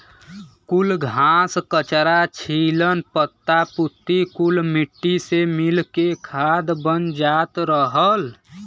कुल घास, कचरा, छीलन, पत्ता पुत्ती कुल मट्टी से मिल के खाद बन जात रहल